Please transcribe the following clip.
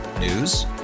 News